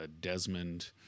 Desmond